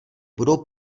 budou